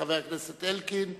חבר הכנסת זאב אלקין,